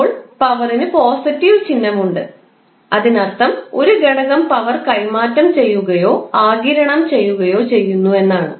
ഇപ്പോൾ പവറിന് പോസിറ്റീവ് ചിഹ്നമുണ്ട് അതിനർത്ഥം ഒരു ഘടകം പവർ കൈമാറ്റം ചെയ്യുകയോ ആഗിരണം ചെയ്യുകയോ ചെയ്യുന്നു എന്നാണ്